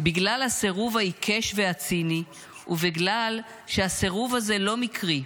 בגלל הסירוב העיקש והציני ובגלל שהסירוב הזה לא מקרי,